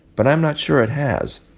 but i'm not sure it has.